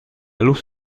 luz